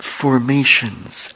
formations